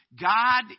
God